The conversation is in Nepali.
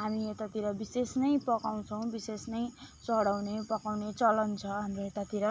हामी यतातिर विशेष नै पकाउँछौँ विशेष नै चढाउने पकाउने चलन छ हाम्रो यतातिर